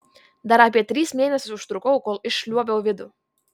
dar apie tris mėnesius užtrukau kol išliuobiau vidų